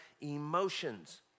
emotions